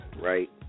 right